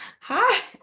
Hi